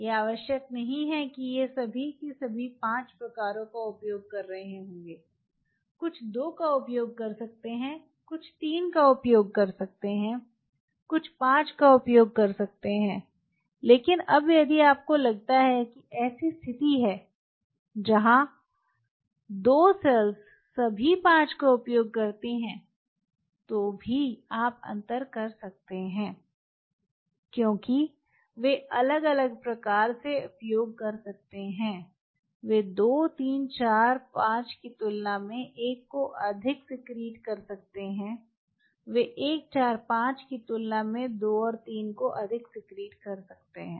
यह आवश्यक नहीं है कि वे सभी सभी 5 प्रकारों का उपयोग कर रहे होंगे कुछ 2 का उपयोग कर सकते हैं कुछ 3 का उपयोग कर सकते हैं कुछ 5 का उपयोग कर सकते हैं लेकिन अब यदि आपको लगता है कि ऐसी स्थिति है जहां 2 सेल्स सभी 5 का उपयोग करती हैं तो भी आप अंतर कर सकते हैं क्योंकि वे अलग अलग प्रकार से उपयोग कर सकते हैं वे 2 3 4 5 की तुलना में 1 को अधिक सिक्रीट कर सकते हैं वे 1 4 5 की तुलना में 2 और 3 को अधिक सिक्रीट कर सकते हैं